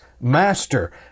Master